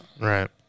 Right